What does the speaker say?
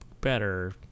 better